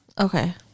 Okay